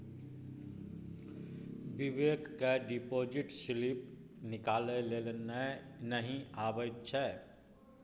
बिबेक केँ deposit slip निकालै लेल नहि अबैत छै